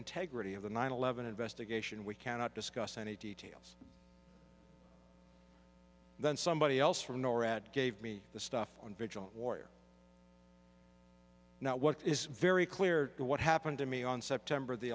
integrity of the nine eleven investigation we cannot discuss any details then somebody else from norad gave me the stuff on vigilant warrior now what is very clear what happened to me on september the